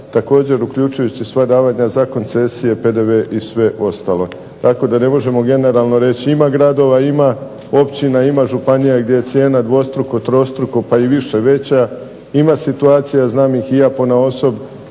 također uključujući sva davanja za koncesije, PDV i sve ostalo. Tako da ne možemo generalno reći ima gradova, ima općina, ima županija gdje je cijena dvostruko, trostruko, pa i više veća, ima situacija, znam ih i ja ponaosob